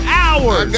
hours